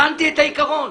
הבנתי את העיקרון.